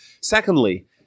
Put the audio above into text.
Secondly